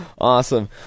Awesome